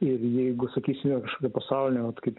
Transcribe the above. ir jeigu sakysim yra kažkokia pasaulinė vat kaip